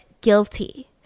guilty